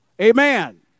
Amen